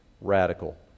radical